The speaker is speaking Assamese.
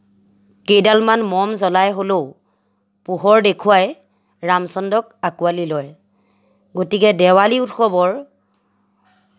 কেইডালমান মম জ্বলাই হ'লেও পোহৰ দেখোৱাই ৰামচন্দ্ৰক আঁকোৱালি লয় গতিকে দেৱালী উৎসৱৰ